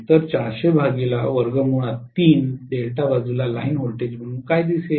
तर डेल्टा बाजूला line voltage म्हणून काय दिसेल